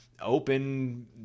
open